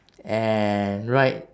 and right